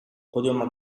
podiumak